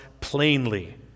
plainly